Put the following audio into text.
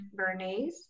Bernays